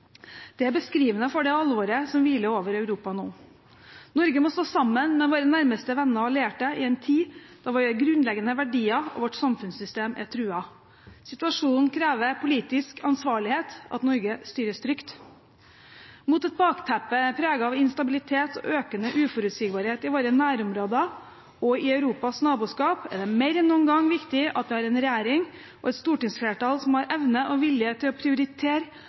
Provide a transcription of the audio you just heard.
Det er beskrivende for det alvoret som hviler over Europa nå. Norge må stå sammen med sine nærmeste venner og allierte, i en tid da våre grunnleggende verdier og vårt samfunnssystem er truet. Situasjonen krever politisk ansvarlighet, at Norge styres trygt. Mot et bakteppe preget av instabilitet og økende uforutsigbarhet i våre nærområder og i Europas naboskap er det mer enn noen gang viktig at vi har en regjering og et stortingsflertall som har evne og vilje til å prioritere